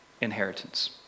inheritance